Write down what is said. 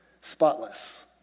spotless